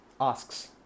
asks